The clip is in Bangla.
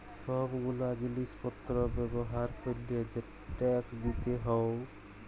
সব গুলা জিলিস পত্র ব্যবহার ক্যরলে যে ট্যাক্স দিতে হউ